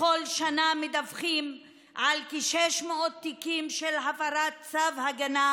בכל שנה מדווחים על כ-600 תיקים של הפרת צו הגנה,